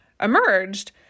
emerged